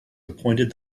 appointed